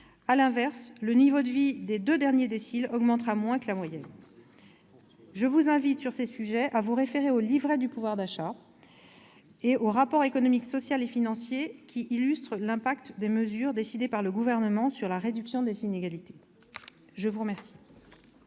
À l'inverse, le niveau de vie des deux derniers déciles augmentera moins que la moyenne. Je vous invite, sur ces sujets, à vous référer au « livret du pouvoir d'achat » et au « rapport économique, social et financier », qui illustrent l'incidence des mesures décidées par le Gouvernement sur la réduction des inégalités. Mes chers